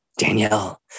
Danielle